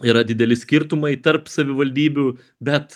yra didelis skirtumai tarp savivaldybių bet